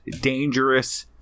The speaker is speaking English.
Dangerous